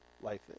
life